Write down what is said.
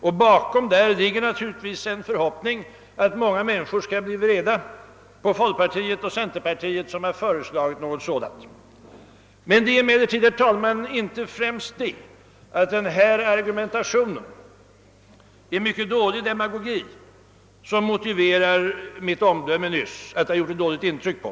Bakom sådana argument ligger naturligtvis en förhoppning att många människor skall bli vreda på folkpartiet och centerpartiet som har föreslagit något sådant. Att denna argumentation gjorde ett dåligt intryck på mig beror emellertid, herr talman, inte främst på att den är mycket dålig demagogi.